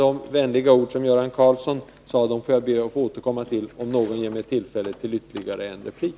De vänliga ord som Göran Karlsson sade ber jag att få återkomma till, om någon ger mig tillfälle till ytterligare en replik.